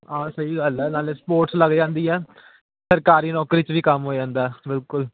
ਹਾਂ ਸਹੀ ਗੱਲ ਹੈ ਨਾਲ ਸਪੋਰਟਸ ਲੱਗ ਜਾਂਦੀ ਆ ਸਰਕਾਰੀ ਨੌਕਰੀ 'ਚ ਵੀ ਕੰਮ ਹੋ ਜਾਂਦਾ ਬਿਲਕੁਲ